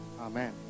Amen